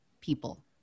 people